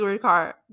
car